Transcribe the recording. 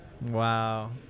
Wow